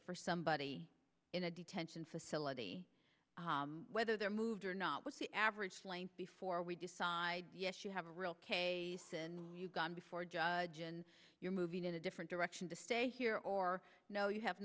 for somebody in a detention facility whether they're moved or not what's the average length before we decide yes you have a real you've gone before a judge and you're moving in a different direction to stay here or no you have